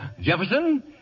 Jefferson